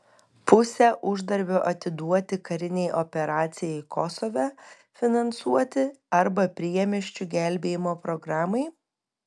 pusę uždarbio atiduoti karinei operacijai kosove finansuoti arba priemiesčių gelbėjimo programai